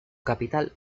capital